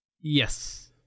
yes